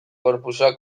corpusa